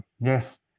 yes